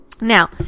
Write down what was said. Now